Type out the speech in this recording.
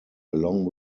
along